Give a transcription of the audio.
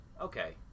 okay